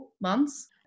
months